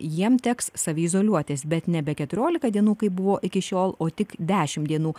jiem teks saviizoliuotis bet nebe keturiolika dienų kaip buvo iki šiol o tik dešimt dienų